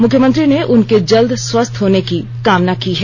मुख्यमंत्री ने उनके जल्द स्वस्थ होने की कामना की है